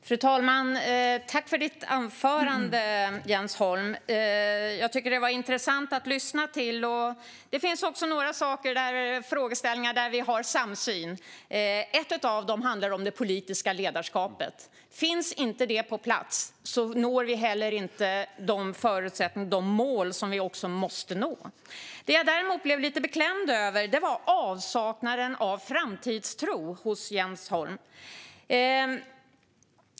Fru talman! Tack för ditt anförande, Jens Holm! Jag tycker att det var intressant att lyssna till. Du tog också upp några frågeställningar där vi har en samsyn. En av dem handlar om det politiska ledarskapet. Om inte det finns på plats når vi inte de mål som vi måste nå. Det som däremot gör mig lite beklämd är avsaknaden av framtidstro hos Jens Holm.